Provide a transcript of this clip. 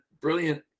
brilliant